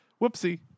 Whoopsie